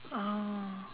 oh